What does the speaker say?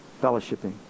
fellowshipping